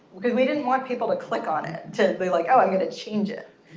because we didn't want people to click on it to be like, oh, i'm going to change it.